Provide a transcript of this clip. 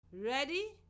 Ready